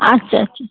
আচ্ছা আচ্ছা